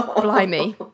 blimey